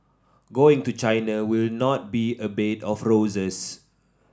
going to China will not be a bed of roses